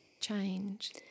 change